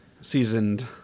seasoned